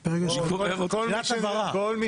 יש כמה כללים